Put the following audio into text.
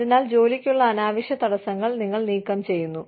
അതിനാൽ ജോലിക്കുള്ള അനാവശ്യ തടസ്സങ്ങൾ നിങ്ങൾ നീക്കം ചെയ്യുന്നു